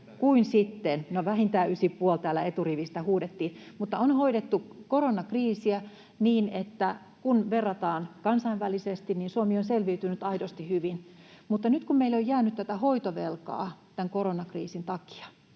vähintään ysi puoli, kuten täältä eturivistä huudettiin. — On hoidettu koronakriisiä niin, että kun verrataan kansainvälisesti, niin Suomi on selviytynyt aidosti hyvin. Mutta nyt kun meille on jäänyt tätä hoitovelkaa tämän koronakriisin takia,